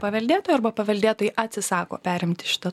paveldėtojo arba paveldėtojai atsisako perimti šitą